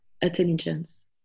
intelligence